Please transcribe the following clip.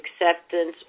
acceptance